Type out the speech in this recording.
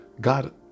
God